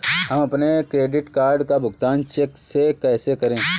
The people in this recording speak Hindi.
हम अपने क्रेडिट कार्ड का भुगतान चेक से कैसे करें?